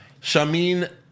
Shamin